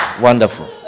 wonderful